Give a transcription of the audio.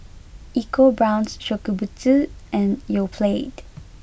ecoBrown's Shokubutsu and Yoplait